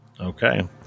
Okay